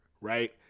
right